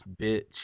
bitch